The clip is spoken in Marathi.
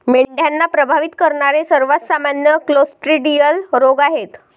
मेंढ्यांना प्रभावित करणारे सर्वात सामान्य क्लोस्ट्रिडियल रोग आहेत